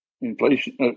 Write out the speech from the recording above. inflation